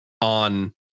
on